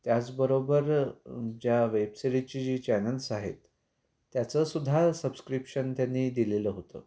त्याचबरोबर ज्या वेबसिरीजची जी चॅनल्स आहेत त्याचंसुद्धा सबस्क्रिप्शन त्यांनी दिलेलं होतं